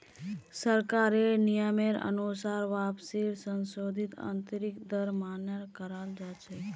सरकारेर नियमेर अनुसार वापसीर संशोधित आंतरिक दर मान्य कराल जा छे